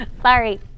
sorry